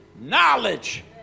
knowledge